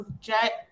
Jet